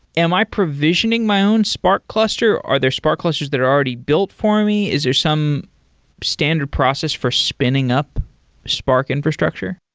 am i provisioning my own spark cluster? are there spark closers that are already built for me? is there some standard process for spinning up spark infrastructure?